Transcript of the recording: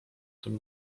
tym